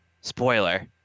spoiler